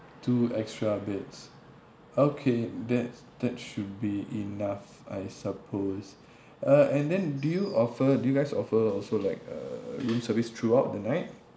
two extra beds okay that's that should be enough I suppose uh and then do you offer do you guys offer also like uh room service throughout the night